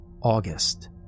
August